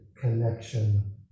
connection